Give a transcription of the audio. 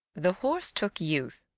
the horse took youth,